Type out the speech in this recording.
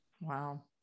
Wow